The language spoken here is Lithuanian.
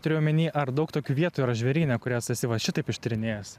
turiu omeny ar daug tokių vietų yra žvėryne kurias esi va šitaip ištyrinėjęs